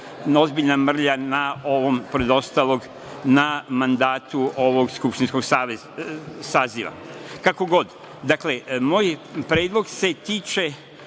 ozbiljna mrlja na ovom, pore ostalog, na mandatu ovog skupštinskog saziva. Kako god, dakle, moj predlog se tiče